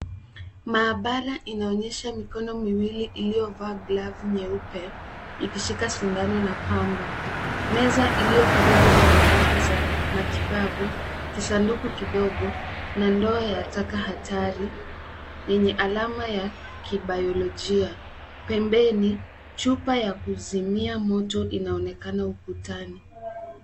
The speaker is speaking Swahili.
Maabara inaonyesha mikono miwili iliyovaa glavu nyeupe ikishika sindano na pamba. Meza iliyo karibu na nyaraka za matibabu, kisanduku kidogo na ndoo ya taka hatari yenye alama ya kibiolojia. Pembeni chupa ya kuzimia moto inaonekana ukutani.